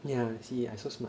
yeah see I so smart